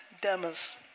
Demas